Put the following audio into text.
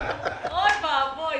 לגבי המאפייה,